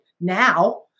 now